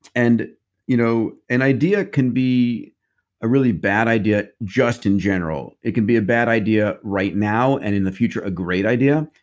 and you know an idea can be a really bad idea just in general. it can be a bad idea right now, and in the future a great idea.